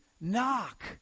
knock